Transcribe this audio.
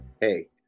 hey